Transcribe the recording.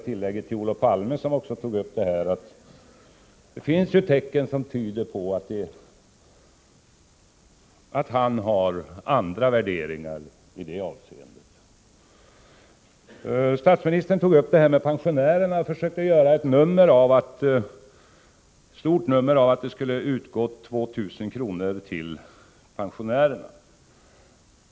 Till Olof Palme, som också tog upp detta, vill jag tillägga att det finns tecken som tyder på att han har andra värderingar i det avseendet. Statsministern tog upp detta med pensionärerna och försökte göra ett stort nummer av att det skulle utgå 2 000 kr. till pensionärerna.